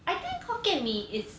I think hokkien mee is